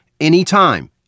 anytime